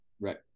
Right